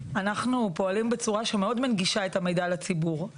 אנחנו פועלים בצורה שמאוד מנגישה את המידע לציבור.